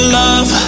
love